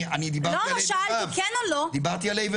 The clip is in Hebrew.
אבל אני דיברתי על כיתות ה'-ו'.